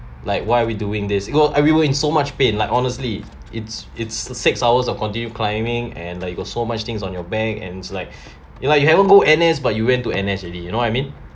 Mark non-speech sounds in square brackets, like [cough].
like why are we doing this go everywhere in so much pain like honestly it's it's a six hours of continuous climbing and like you got so much things on your back and it's like [breath] ya lah you haven't go N_S but you went to N_S already you know what I mean